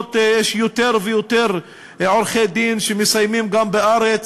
האחרונות יש יותר ויותר עורכי-דין שמסיימים גם בארץ,